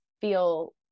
feel